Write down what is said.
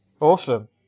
Awesome